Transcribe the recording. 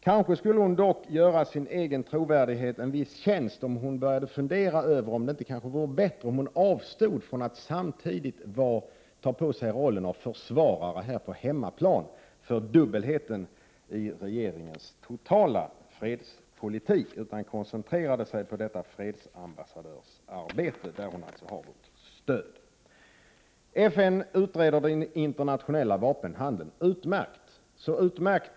Kanske skulle hon dock göra sin egen trovärdighet en viss tjänst, om hon började fundera över om det inte vore bättre att avstå från att samtidigt ta på sig rollen av försvarare här på hemmaplan för dubbelheten i regeringens totala fredspolitik. Hon borde kanske i stället koncentrera sig på detta fredsambassadörsarbete där hon har vårt stöd. FN utreder den internationella vapenhandeln, och det är utmärkt.